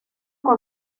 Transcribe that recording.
con